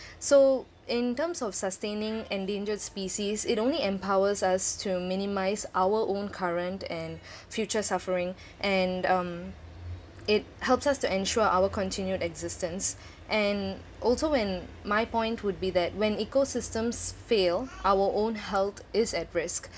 so in terms of sustaining endangered species it only empowers us to minimise our own current and future suffering and um it helps us to ensure our continued existence and also when my point would be that when ecosystems fail our own health is at risk